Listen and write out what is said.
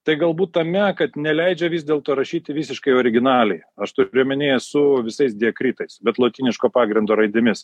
tai galbūt tame kad neleidžia vis dėlto rašyti visiškai originaliai aš turiu omenyje su visais diakritais bet lotyniško pagrindo raidėmis